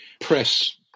press